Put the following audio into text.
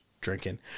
drinking